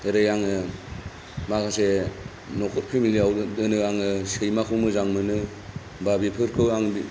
जेरै आङो माखासे न'खर फेमिलियाव दोनो आङो सैमाखौ मोजां मोनो बा बेफोरखौ आं